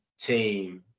team